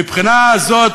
מבחינה זו,